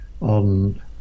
on